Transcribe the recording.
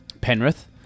Penrith